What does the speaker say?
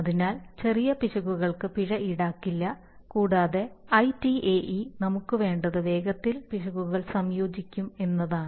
അതിനാൽ ചെറിയ പിശകുകൾക്ക് പിഴ ഈടാക്കില്ല കൂടാതെ ITAE നമുക്ക്വേണ്ടത് വേഗത്തിൽ പിശകുകൾ സംയോജിക്കും എന്നതാണ്